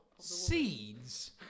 Seeds